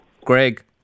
Greg